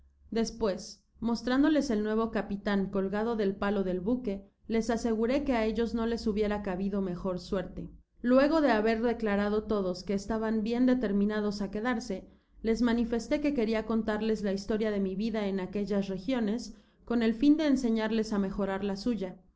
despues mostrándoles el nuevo capitan col gado del palo del buque ies aseguré que á ellos no les hubiera cabido mejor suerte luego de haber declarado todos que estaban bien determinados á quedarse les manifestó que queria contarles la historia de mi vida en aquellas regiones con el fin de enseñarles á mejorar la suya